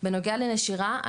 בנוגע לנשירה,